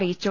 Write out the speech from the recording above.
അറിയിച്ചു